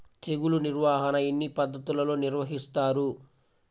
తెగులు నిర్వాహణ ఎన్ని పద్ధతులలో నిర్వహిస్తారు?